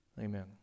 amen